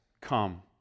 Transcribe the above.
come